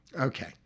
Okay